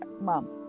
Mom